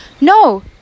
no